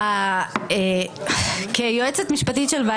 לממשלה, וכאשר הם נותנים את